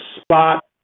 spot